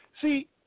See